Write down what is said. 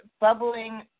bubbling